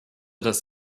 das